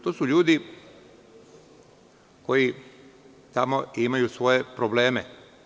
To su ljudi koji tamo imaju svoje probleme.